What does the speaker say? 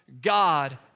God